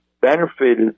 benefited